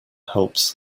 helps